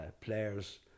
players